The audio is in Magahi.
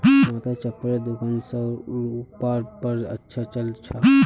मात्र चप्पलेर दुकान स रूपार घर अच्छा चल छ